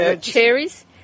cherries